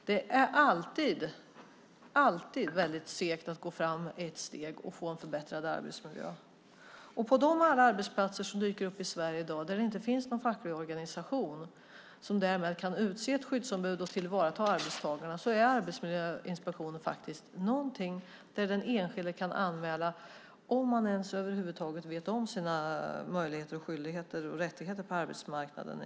Det är alltid segt att gå fram ett steg för att få en förbättrad arbetsmiljö. På de arbetsplatser i Sverige i dag där det inte finns någon facklig organisation som därmed kan utse ett skyddsombud och tillvarata arbetstagarnas frågor är det till Arbetsmiljöverket som den enskilde kan vända sig för en anmälan, om man ens vet om sina möjligheter, skyldigheter och rättigheter på arbetsmarknaden.